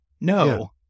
no